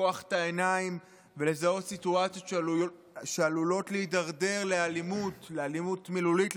לפקוח את העיניים ולזהות סיטואציות שעלולות להידרדר לאלימות מילולית,